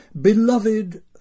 Beloved